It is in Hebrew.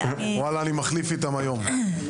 אנחנו כן מטפלים במבנים שנבנו לפני 1980,